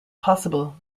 possible